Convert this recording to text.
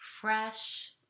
fresh